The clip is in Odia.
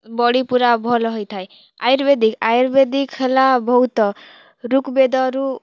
ବଡ଼ି ପୁରା ଭଲ୍ ହେଇଥାଏ ଆୟୁର୍ବେଦିକ୍ ଆୟୁର୍ବେଦିକ୍ ହେଲା ବହୁତ୍ ଋକ୍ ବେଦରୁ